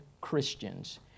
Christians